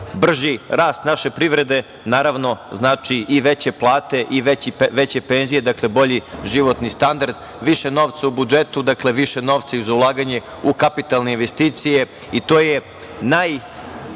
Brži rast naše privrede, naravno, znači i veće plate i veće penzije, dakle, bolji životni standard, više novca u budžetu, više novca i za ulaganje u kapitalne investicije. To je